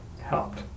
helped